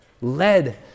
led